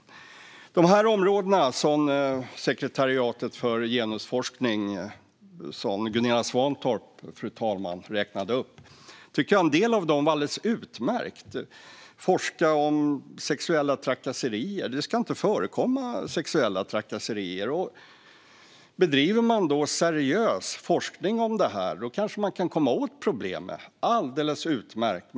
Av de uppdrag till Nationella sekretariatet för genusforskning som Gunilla Svantorp räknade upp, fru talman, tycker jag att en del är alldeles utmärkt, till exempel att forska om sexuella trakasserier. Det ska inte förekomma sexuella trakasserier. Bedriver man seriös forskning om detta kanske man kan komma åt problemet - alldeles utmärkt!